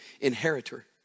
inheritor